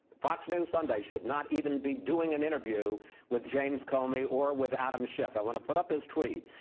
fox news sunday, should not even be doing an interview with james comey or with adam schiff. i want to put up this tweet.